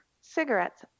cigarettes